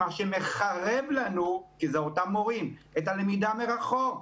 מה שמחרב לנו את הלמידה מרחוק,